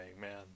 man